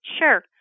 Sure